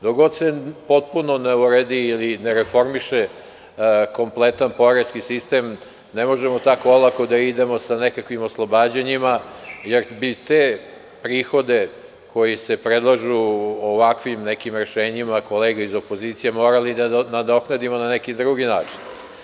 Dokle god se potpuno ne uredi ili ne reformiše kompletan poreski sistem, ne možemo tako olako da idemo sa nekakvim oslobađanjima, jer bi te prihode koji se predlažu ovakvim nekim rešenjima, kolega iz opozicija, morali da nadoknadimo na neki drugi način.